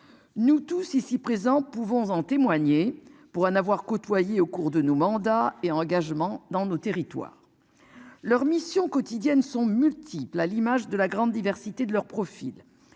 Nous tous ici présents pouvons en témoigner pour en avoir côtoyé au cours de nos mandats et engagement dans nos territoires. Leur mission quotidiennes sont multiples, à l'image de la grande diversité de leur profil,